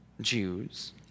Jews